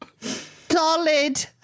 solid